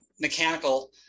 mechanical